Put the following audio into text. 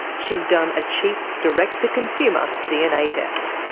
she's done a cheap, direct-to-consumer dna test.